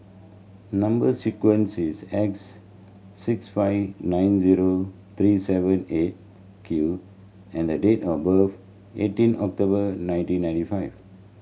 number sequence is S six five nine zero three seven Eight Q and the date of birth eighteen October nineteen ninety five